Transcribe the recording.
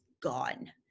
gone